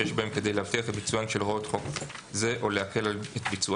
שיש בהם כדי להבטיח את ביצוען של הוראות חוק זה או להקל את ביצוען,